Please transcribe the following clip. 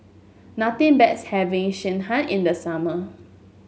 nothing best having Sekihan in the summer